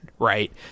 right